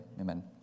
amen